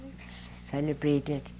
celebrated